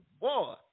boy